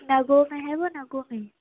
نگوں میں ہے وہ نگوں میں